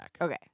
Okay